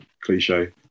cliche